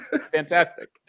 Fantastic